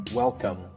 Welcome